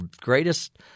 greatest